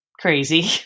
crazy